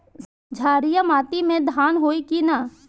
क्षारिय माटी में धान होई की न?